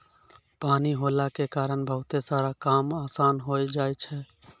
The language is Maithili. पानी होला के कारण बहुते सारा काम आसान होय जाय छै